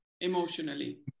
emotionally